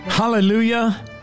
Hallelujah